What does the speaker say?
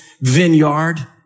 vineyard